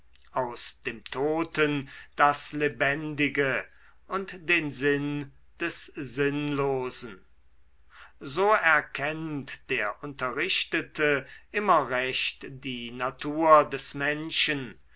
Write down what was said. aus dem toten das lebendige und den sinn des sinnlosen so erkennt der unterrichtete immer recht die natur des menschen